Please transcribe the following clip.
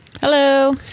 Hello